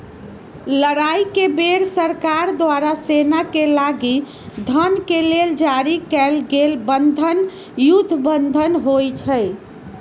लड़ाई के बेर सरकार द्वारा सेनाके लागी धन के लेल जारी कएल गेल बन्धन युद्ध बन्धन होइ छइ